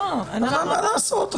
אין מה לעשות,